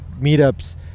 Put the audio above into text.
meetups